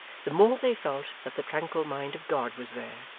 the more they felt that the tranquil mind of god was there,